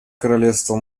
королевство